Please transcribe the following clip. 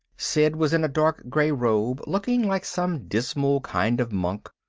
sid was in a dark gray robe looking like some dismal kind of monk,